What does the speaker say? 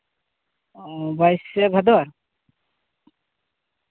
ᱚ ᱵᱟᱭᱤᱥᱮ ᱵᱷᱟᱫᱚᱨ